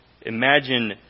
Imagine